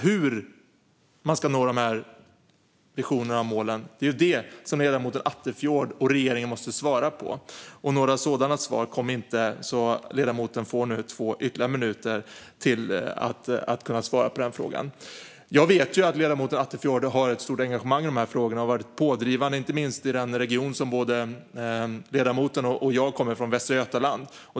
Hur man ska nå visionerna och målen måste ledamoten Attefjord och regeringen svara på. Men några sådana svar kom inte. Därför får ledamoten nu ytterligare två minuter för att svara på den frågan. Jag vet att ledamoten Attefjord har ett stort engagemang i frågorna och har varit pådrivande, inte minst i den region som både ledamoten och jag kommer från, Västra Götaland.